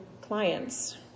clients